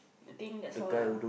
I think that's all lah